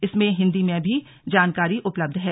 इसमें हिंदी में भी जानकारी उपलब्ध है